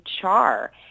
char